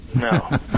no